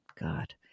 God